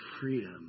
freedom